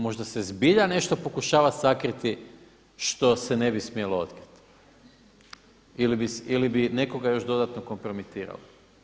Možda se zbilja nešto pokušava sakriti što se ne bi smjelo otkriti ili bi nekoga još dodano kompromitirao.